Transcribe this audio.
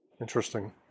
Interesting